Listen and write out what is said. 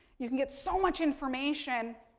you can get so much information.